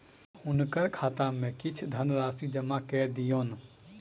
हुनकर खाता में किछ धनराशि जमा कय दियौन